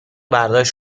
برداشت